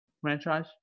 franchise